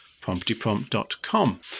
promptyprompt.com